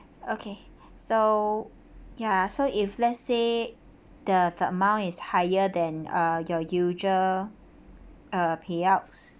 okay so ya so if let's say the the amount is higher than uh your usual uh payouts